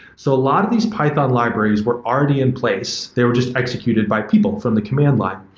so a lot of these python libraries were already in place. they were just executed by people from the command line.